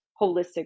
holistic